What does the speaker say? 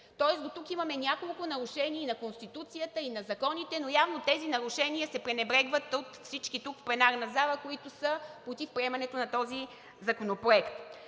Тоест дотук имаме няколко нарушения на Конституцията и на законите, но явно тези нарушения се пренебрегват от всички тук в пленарната зала, които са против приемането на този законопроект.